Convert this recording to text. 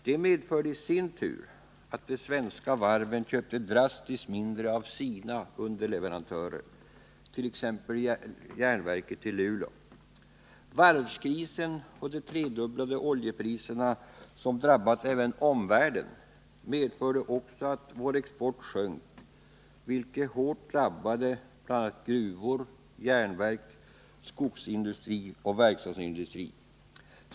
Det medförde i sin tur att de svenska varven köpte drastiskt mindre av sina underleverantörer, t.ex. av järnverket i Luleå. Varvskrisen och de tredubblade oljepriserna, som drabbat även omvärlden, medförde också att vår export sjönk, vilket hårt drabbade bl.a. gruvor, järnverk, skogsindustri och verkstadsindustri.